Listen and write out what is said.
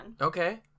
okay